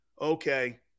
Okay